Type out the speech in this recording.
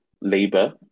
labor